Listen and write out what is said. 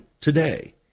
today